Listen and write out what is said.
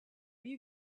you